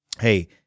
hey